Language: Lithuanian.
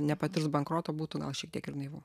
nepatirs bankroto būtų gal šiek tiek ir naivu